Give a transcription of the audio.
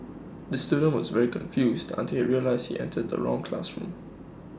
the student was very confused until he realised he entered the wrong classroom